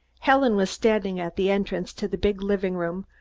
helen was standing at the entrance to the big living-room,